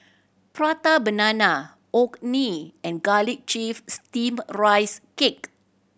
Prata Banana Orh Nee and garlic chive steamed a rice cake